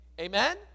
Amen